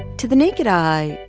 to the naked eye,